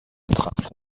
betrachtet